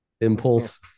Impulse